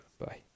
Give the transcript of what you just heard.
Bye